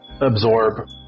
absorb